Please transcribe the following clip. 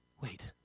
Wait